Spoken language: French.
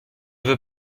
veut